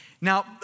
Now